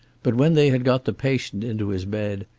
but when they had got the patient into his bed,